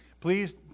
Please